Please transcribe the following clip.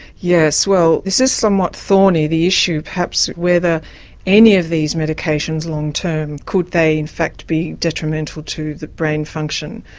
yes well this is somewhat thorny, the issue perhaps, whether any of these medications long term could they in fact be detrimental to the brain function.